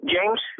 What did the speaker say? James